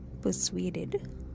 persuaded